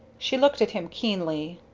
she looked at him keenly.